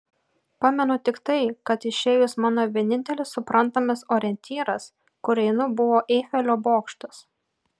pamenu tik tai kad išėjus mano vienintelis suprantamas orientyras kur einu buvo eifelio bokštas